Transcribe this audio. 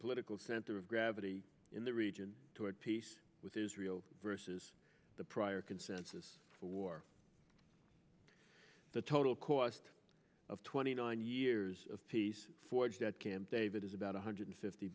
political center of gravity in the region toward peace with israel versus the prior consensus for the total cost of twenty nine years of peace forged at camp david is about one hundred fifty